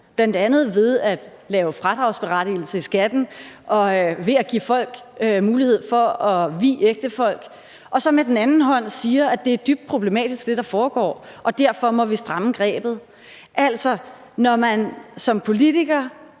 bl.a. ved at lave fradragsberettigelse i skatten og ved at give folk mulighed for at vie ægtefolk, og så med den anden hånd gør noget andet og siger, at det, der foregår, er dybt problematisk, og at vi derfor må stramme grebet. Altså, når man som politiker